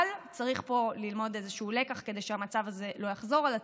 אבל צריך פה ללמוד איזשהו לקח כדי שהמצב הזה לא יחזור על עצמו.